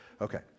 Okay